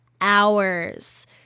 hours